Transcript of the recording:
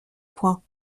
point